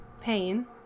pain